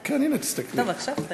כן, הנה, תסתכלי, את רואה?